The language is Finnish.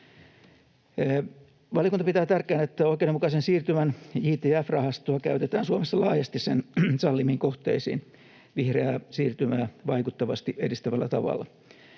Valiokunta pitää tärkeänä, että oikeudenmukaisen siirtymän JTF-rahastoa käytetään Suomessa laajasti sen sallimiin kohteisiin vihreää siirtymää vaikuttavasti edistävällä tavalla.